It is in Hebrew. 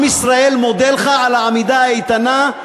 עם ישראל מודה לך על העמידה האיתנה,